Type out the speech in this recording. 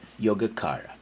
Yogacara